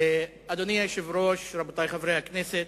אדוני היושב-ראש, רבותי חברי הכנסת,